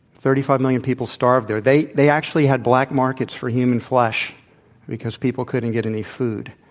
thirty five million people starved there. they they actually had black markets for human flesh because people couldn't get any food.